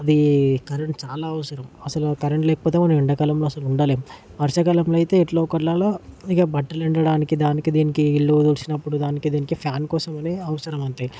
అది కరెంట్ చాలా అవసరం అసలు ఆ కరెంట్ లేకపోతే మనం ఎండకాలంలో అస్సలు ఉండలేం వర్షాకాలంలో అయితే ఎట్లో ఒకట్లల ఇక బట్టలు ఎండడానికి దానికి దినికి ఇల్లు తుడిచినప్పుడు దానికి దినికి ఫ్యాన్ కోసమని అవసరం అంతే